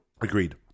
Agreed